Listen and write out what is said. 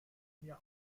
mir